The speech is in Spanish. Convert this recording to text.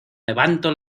levanto